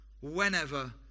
whenever